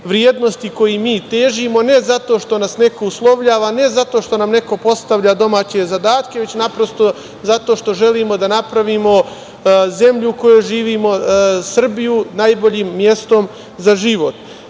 vrednosti kojem mi težimo, ne zato što nas neko uslovljava, ne zato što nam neko postavlja domaće zadatke, već naprosto zato što želimo da napravimo zemlju u kojoj živimo, Srbiju, najboljim mestom za život. Što